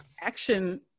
action